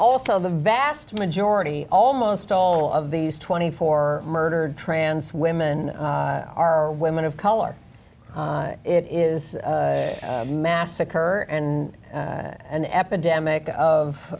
also the vast majority almost all of these twenty four murdered trans women are women of color it is massacre and an epidemic of